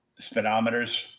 speedometers